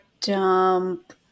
dump